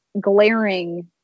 glaring